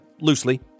loosely